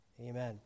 Amen